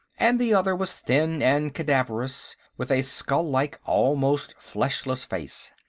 and the other was thin and cadaverous, with a skull-like, almost fleshless face.